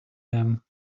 them